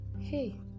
Hey